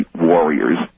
warriors